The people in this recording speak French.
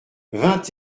vingt